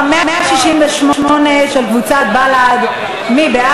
רק שנאה, רק שנאה, רק שנאה.